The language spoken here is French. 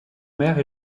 mère